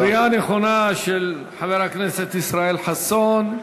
קריאה נכונה של חבר הכנסת ישראל חסון.